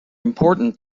important